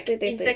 对对对